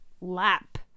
lap